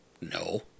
No